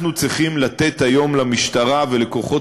אנחנו צריכים לתת היום למשטרה ולכוחות